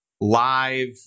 live